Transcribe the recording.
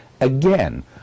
again